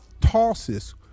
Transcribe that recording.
tosses